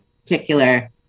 particular